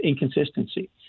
inconsistency